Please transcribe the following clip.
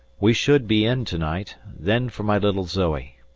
we should be in to-night, then for my little zoe!